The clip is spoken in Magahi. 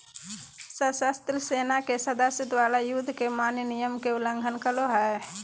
सशस्त्र सेना के सदस्य द्वारा, युद्ध के मान्य नियम के उल्लंघन करो हइ